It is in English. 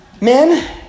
Men